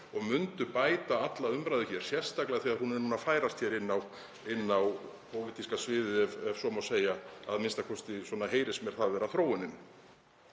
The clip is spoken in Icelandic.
og myndu bæta alla umræðu, sérstaklega þegar hún er núna að færast inn á pólitíska sviðið, ef svo má segja, a.m.k. heyrist mér það vera þróunin.